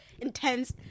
intense